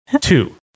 two